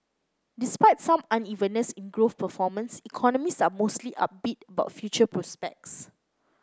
despite some unevenness in growth performance economists are mostly upbeat about future prospects